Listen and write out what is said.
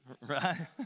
Right